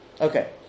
Okay